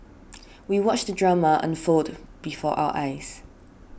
we watched the drama unfold before our eyes